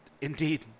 Indeed